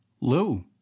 Lou